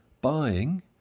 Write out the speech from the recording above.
buying